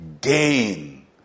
gain